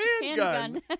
handgun